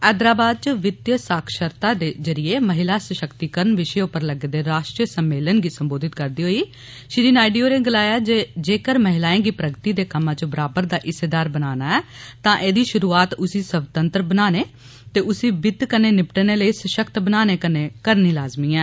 हैदराबाद च वितीय साक्षरता दे जरिये महिला सशक्तीकरण विषे उप्पर लग्गे दे राष्ट्रीय सम्मेलन गी सम्बोधित करदे होई श्री नायडू होरें गलाया जे महिलाएं गी प्रगति दे कम्मे च बराबर दा हिस्सेदार बनाना ऐ तां एहदी शुरुआत उसी स्वतंत्र बनाने ते उसी वित्त कन्नै निपटने लेई सशक्त बनाने कन्नै करनी लाज़मी ऐ